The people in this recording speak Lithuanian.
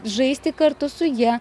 žaisti kartu su ja